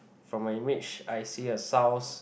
from my rage I see a sounds